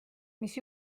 mis